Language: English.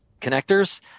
connectors